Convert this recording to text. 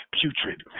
putrid